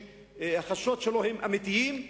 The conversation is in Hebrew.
שהחששות שלו הם אמיתיים,